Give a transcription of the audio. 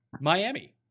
Miami